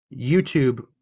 YouTube